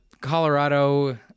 Colorado